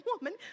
woman